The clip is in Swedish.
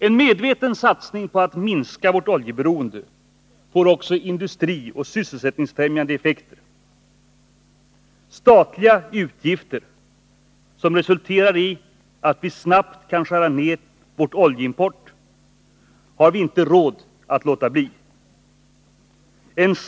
En medveten satsning på att minska vårt oljeberoende får också industrioch 'sysselsättningsfrämjande effekter. Energibesparande investeringar och investeringar för att utveckla alternativ till oljan skapar arbetstillfällen.